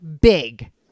big